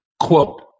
quote